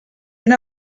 una